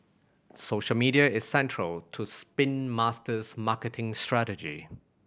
social media is central to Spin Master's marketing strategy